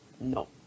No